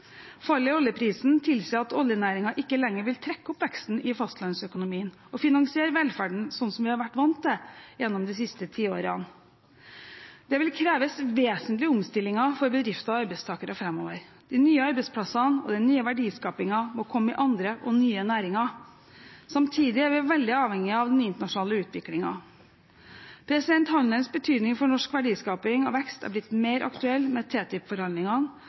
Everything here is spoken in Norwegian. Fallet i oljeprisen tilsier at oljenæringen ikke lenger vil trekke opp veksten i fastlandsøkonomien og finansiere velferden slik vi har vært vant til gjennom de siste tiårene. Det vil kreve vesentlige omstillinger for bedrifter og arbeidstakere framover. De nye arbeidsplassene og den nye verdiskapingen må komme i andre og nye næringer. Samtidig er vi veldig avhengige av den internasjonale utviklingen. Handelens betydning for norsk verdiskaping og vekst er blitt mer aktuell med